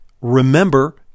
Remember